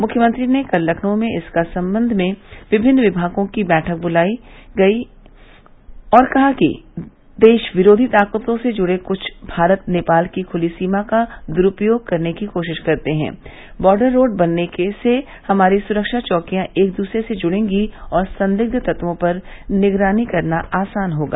मुख्यमंत्री ने कल लखनऊ में इस सम्बंध में विभिन्न विभागों की बुलाई गई बैठक में कहा कि देश विरोधी ताकतों से जुड़े कुछ लोग भारत नेपाल की खुली सीमा का दुरूपयोग करने की कोशिश करते हैं बार्डर रोड बनने से हमारी सुरक्षा चौकियां एक दूसरे से जुड़ेंगी और संदिग्ध तत्वों पर निगरानी करना आसान होगा